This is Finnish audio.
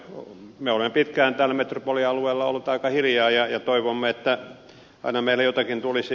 me olemme pitkään täällä metropolialueella olleet aika hiljaa ja toivoneet että aina meille jotakin tulisi